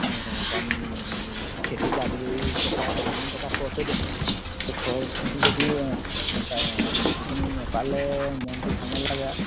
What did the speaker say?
অঁ কাৰণ খেতিৰপৰা আদি কৰি টকা ভালেমান টকা খৰচ হয়তো সেই খৰচখিনি যদি অঁ নেপায় অঁ সেইখিনি নেপালে মনটো ভাল নেলাগে আৰু